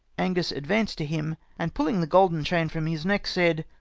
angus advanced to him, and pulling the golden chain fj'om his neck, said,